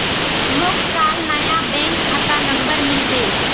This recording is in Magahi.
मोक काल नया बैंक खाता नंबर मिलबे